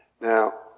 Now